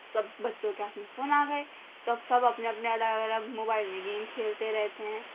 سب بچوں کے ہاتھ میں فون آ گئے تو اب سب اپنے الگ الگ موبائل میں گیم کھیلتے رہتے ہیں